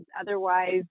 otherwise